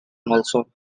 molson